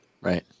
Right